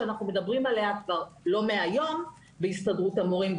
שאנחנו מדברים עליה כבר לא מהיום בהסתדרות המורים,